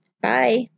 Bye